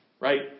Right